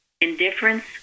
Indifference